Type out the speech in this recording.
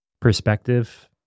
perspective